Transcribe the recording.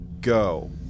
go